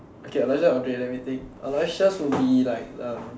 okay Aloysius Andrea let me think Aloysius would be like